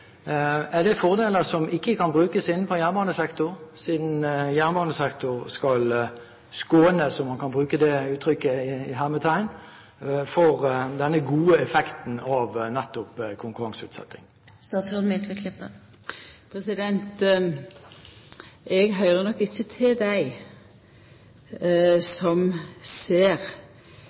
statsråden ser fordeler med dette, er det fordeler som ikke kan brukes innen jernbanesektoren, siden jernbanesektoren skal «skånes», om man kan bruke det uttrykket, for denne gode effekten av konkurranseutsetting? Eg høyrer nok ikkje til dei som ser